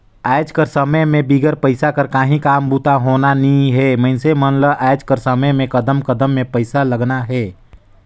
आएज कर समे में बिगर पइसा कर काहीं काम बूता होना नी हे मइनसे मन ल आएज कर समे में कदम कदम में पइसा लगना हे